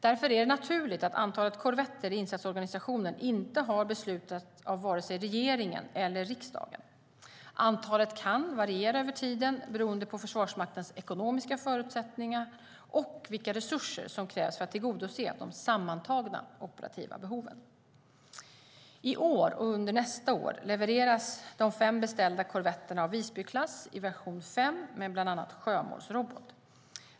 Därför är det naturligt att antalet korvetter i insatsorganisationen inte har beslutats av vare sig regeringen eller riksdagen. Antalet kan variera över tiden beroende på Försvarsmaktens ekonomiska förutsättningar och vilka resurser som krävs för att tillgodose de sammantagna operativa behoven. I år och under nästa år levereras de fem beställda korvetterna av Visbyklass i version 5 med bland annat sjömålsrobot.